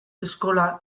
eskola